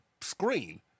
screen